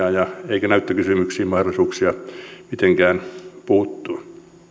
eikä näyttökysymyksiin mahdollisuuksia mitenkään puuttua